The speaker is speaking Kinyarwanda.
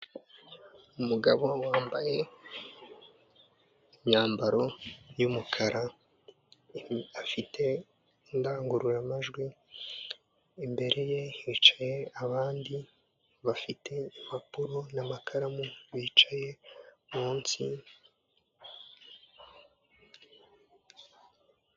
Umugabo wambaye imyambaro y'umukara afite indangururamajwi imbere ye hicaye abandi bafite impapuro n'amakaramu bicaye munsi.